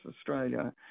Australia